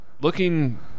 looking